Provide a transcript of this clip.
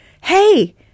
Hey